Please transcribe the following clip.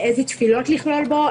איזה תפילות לכלול בו,